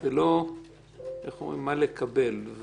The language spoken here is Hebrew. ולא מה לקבל.